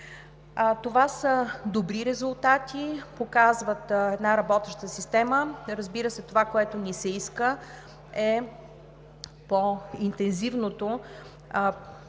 Това са добри резултати и показват една работеща система. Разбира се, това, което ни се иска, е по-интензивна